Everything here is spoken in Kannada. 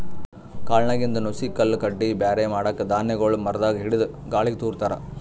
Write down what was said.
ಕಾಳ್ನಾಗಿಂದ್ ನುಸಿ ಕಲ್ಲ್ ಕಡ್ಡಿ ಬ್ಯಾರೆ ಮಾಡಕ್ಕ್ ಧಾನ್ಯಗೊಳ್ ಮರದಾಗ್ ಹಿಡದು ಗಾಳಿಗ್ ತೂರ ತಾರ್